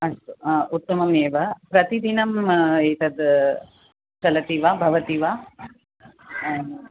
अस्तु उत्तमम् एव प्रतिदिनम् एतत् चलति वा भवति वा